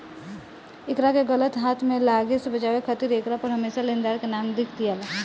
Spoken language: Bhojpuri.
एकरा के गलत हाथ में लागे से बचावे खातिर एकरा पर हरमेशा लेनदार के नाम लिख दियाला